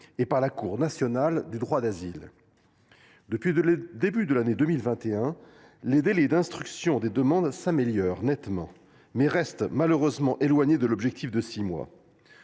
et par la Cour nationale du droit d’asile. Depuis le début de l’année 2021, les délais d’instruction des demandes s’améliorent nettement, mais restent malheureusement éloignés de l’objectif de six mois.